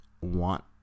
want